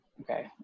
okay